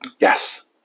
yes